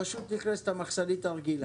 פשוט הכנסת מחסנית רגילה.